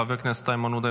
חבר הכנסת איימן עודה,